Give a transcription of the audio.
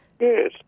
Yes